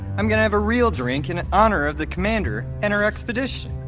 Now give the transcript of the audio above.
i'm gonna have a real drink in honor of the commander and her expedition